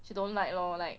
she don't like lor like